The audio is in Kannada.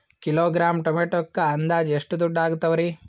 ಕಿಲೋಗ್ರಾಂ ಟೊಮೆಟೊಕ್ಕ ಅಂದಾಜ್ ಎಷ್ಟ ದುಡ್ಡ ಅಗತವರಿ?